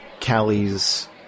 Callie's